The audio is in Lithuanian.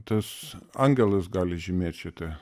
tas angelas gali žymėt šitą